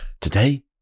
Today